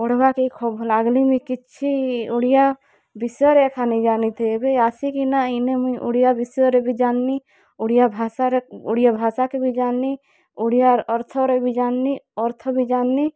ପଢ଼୍ବା କେ ଖୋବ୍ ଭଲ୍ ଲାଗ୍ଲେ ମୁଇଁ କିଛି ଓଡ଼ିଆ ବିଷୟରେ ଏକା ନାଇ ଜାନି ଥାଇ ଏବେ ଆସି କିନା ଇନେ ମୁଇଁ ଓଡ଼ିଆ ବିଷୟରେ ବି ଜାନ୍ଲି ଓଡ଼ିଆ ଭାଷାର ଓଡ଼ିଆ ଭାଷାକେ ବି ଜାନ୍ଲି ଓଡ଼ିଆର ଅର୍ଥର ବି ଜାନ୍ଲି ଅର୍ଥକେ ବି ଜାନ୍ଲି